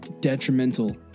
detrimental